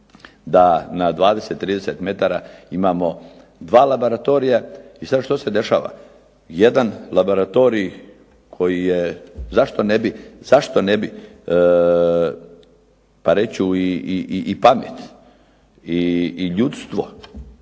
da na 20, 30 metara imamo dva laboratorija i sad što se dešava. Jedan laboratorij koji je, zašto ne bi pa reći ću i pamet i ljudstvo